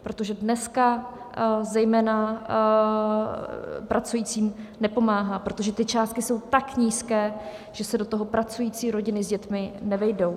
Protože dneska zejména pracujícím nepomáhá, protože ty částky jsou tak nízké, že se do toho pracující rodiny s dětmi nevejdou.